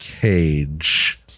Cage